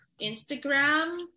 Instagram